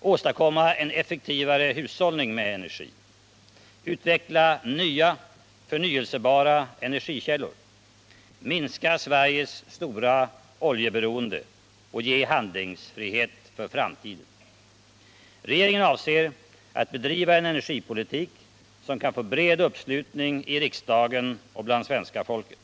åstadkomma en effektivare hushållning med energi, utveckla nya förnyelsebara energikällor, minska Sveriges stora oljeberoende och ge handlingsfrihet för framtiden. Regeringen avser att bedriva en energipolitik som kan få bred uppslutning i riksdagen och bland svenska folket.